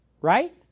Right